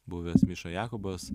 buvęs miša jakobas